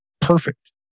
perfect